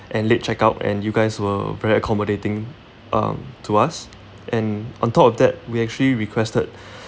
and late check-out and you guys were very accommodating um to us and on top of that we actually requested